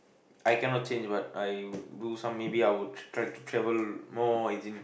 I cannot change but I do some maybe I would try to travel more as in